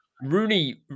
Rooney